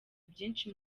byinshi